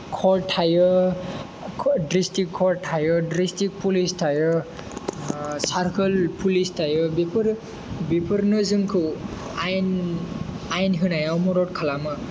खर्ट थायो द्रिस्तिक कर्ट थायो द्रिस्तिक पुलिस थायो सार्कोल पुलिस थायो बेफोर बेफोरनो जोंखौ आयेन आयेन होनायाव मदद खालामो